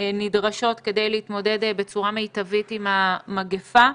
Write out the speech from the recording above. שנדרשות כדי להתמודד בצורה מיטבית עם המגפה.